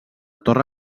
torre